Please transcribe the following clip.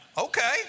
Okay